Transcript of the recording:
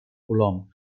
colom